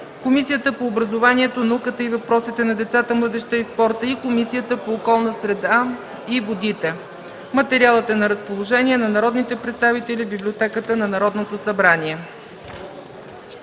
Комисията по образованието, науката и въпросите на децата, младежта и спорта и Комисията по околната среда и водите. Материалът е на разположение на народните представители в Библиотеката на Народното събрание.